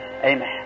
Amen